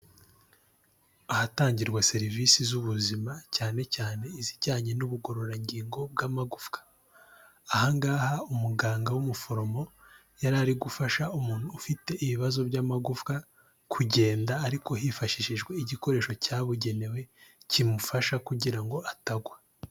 Ahatangirwa serivisi z'ubuzima cyane cyane izijyanye n'ubugororangingo bw'amagufwa, aha ngaha umuganga w'umuforomo yari ari gufasha umuntu ufite ibibazo by'amagufwa kugenda, ariko hifashishijwe igikoresho cyabugenewe kimufasha kugira ngo atagwa.